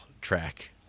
track